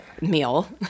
meal